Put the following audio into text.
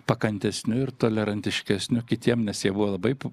pakantesniu ir tolerantiškesniu kitiem nes jie buvo labai